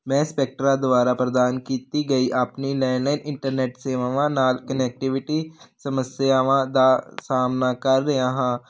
ਮੈਂ ਸਪੈਕਟ੍ਰਾ ਦੁਆਰਾ ਪ੍ਰਦਾਨ ਕੀਤੀ ਗਈ ਆਪਣੀ ਲੈਂਡਲਾਈਨ ਇੰਟਰਨੈਟ ਸੇਵਾਵਾਂ ਨਾਲ ਕਨੈਕਟੀਵਿਟੀ ਸਮੱਸਿਆਵਾਂ ਦਾ ਸਾਹਮਣਾ ਕਰ ਰਿਹਾ ਹਾਂ